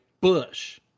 bush